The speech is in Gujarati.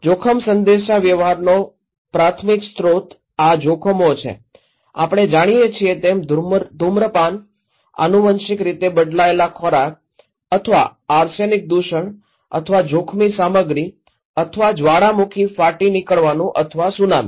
જોખમ સંદેશાવ્યવહારનો પ્રાથમિક સ્ત્રોત આ જોખમો છે આપણે જાણીએ છીએ તેમ ધૂમ્રપાન આનુવંશિક રીતે બદલાયેલા ખોરાક અથવા આર્સેનિક દૂષણ અથવા જોખમી સામગ્રી અથવા જ્વાળામુખી ફાટી નીકળવું અથવા સુનામી